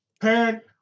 parent